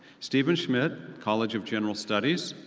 stephen schmid, college of general studies.